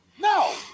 No